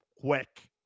Quick